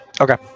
Okay